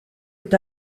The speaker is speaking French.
est